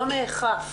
לא נאכף.